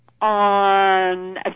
on